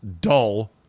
dull